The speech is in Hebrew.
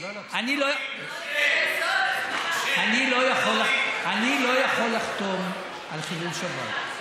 אני לא יכול לחתום על חילול שבת.